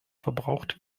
verbraucht